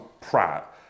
prat